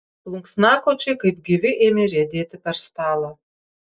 plunksnakočiai kaip gyvi ėmė riedėti per stalą